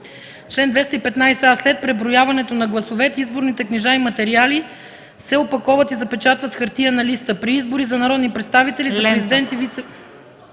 „Чл. 215а. След преброяването на гласовете изборните книжа и материали се опаковат и запечатват с хартиена лента. При избори за народни представители, за президент и